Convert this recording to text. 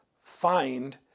find